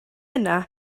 yna